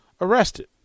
arrested